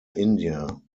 india